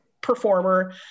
performer